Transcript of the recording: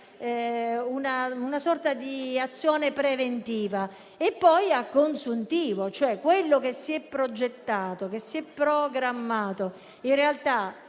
una sorta di azione preventiva e poi a consuntivo: ciò che si è progettato e programmato